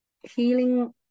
healing